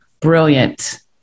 Brilliant